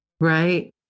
Right